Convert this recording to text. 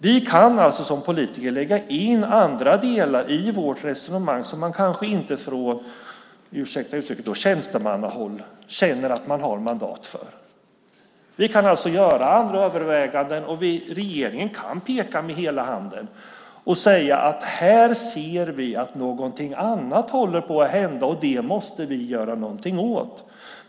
Vi kan som politiker lägga in andra delar i vårt resonemang som man kanske inte från - ursäkta uttrycket - tjänstemannahåll känner att man har mandat för. Vi kan alltså göra andra överväganden. Och regeringen kan peka med hela handen och säga: Här ser vi att någonting håller på att hända, och det måste vi göra någonting åt.